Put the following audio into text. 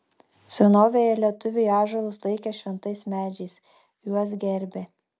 senovėje lietuviai ąžuolus laikė šventais medžiais juos gerbė